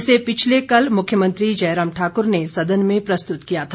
इसे पिछले कल मुख्यमंत्री जयराम ठाकुर ने सदन में प्रस्तुत किया था